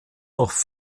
noch